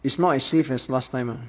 it's not safe as last time